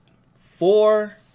four